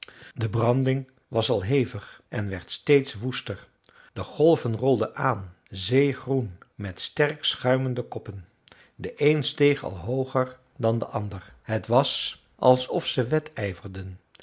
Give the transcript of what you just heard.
de branding was al hevig en werd steeds woester de golven rolden aan zeegroen met sterk schuimende koppen de een steeg al hooger dan de ander het was alsof ze wedijverden